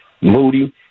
Moody